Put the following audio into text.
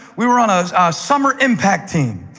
we were on ah a summer impact team,